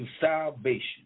salvation